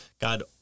God